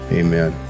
amen